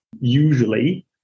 Usually